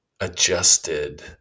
adjusted